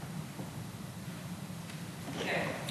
כן,